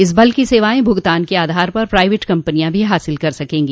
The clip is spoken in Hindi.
इस बल की सेवाएं भुगतान के आधार पर पाइवेट कम्पनियां भी हासिल कर सकेंगी